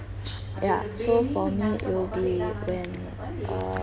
ya so for me it'll be when uh